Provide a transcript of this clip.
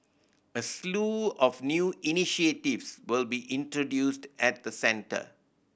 a slew of new initiatives will be introduced at the centre